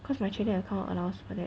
cause my trading account allows for that